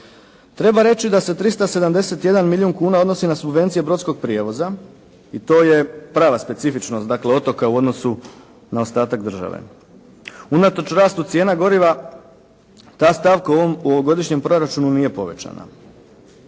Treba reći da se 371 milijun kuna odnosi na subvencije brodskog prijevoza i to je prava specifičnost dakle otoka u odnosu na ostatak države. Unatoč rastu cijena goriva ta stavka u ovom ovogodišnjem proračunu nije povećana.